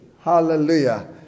Hallelujah